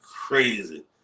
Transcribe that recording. crazy